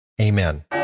Amen